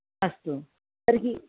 अस्तु तर्हि